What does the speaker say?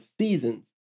seasons